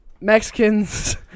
Mexicans